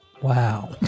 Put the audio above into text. Wow